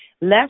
less